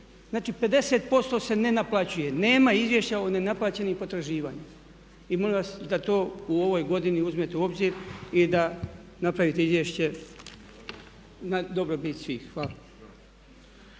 Znači 50% se ne naplaćuje, nema izvješća o nenaplaćenim potraživanjima. I molim vas da to u ovoj godini uzmete u obzir i da napravite izvješće na dobrobit svih. Hvala.